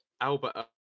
Albert